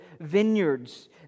vineyards